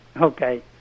Okay